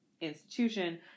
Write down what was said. institution